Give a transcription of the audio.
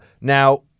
now